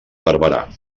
barberà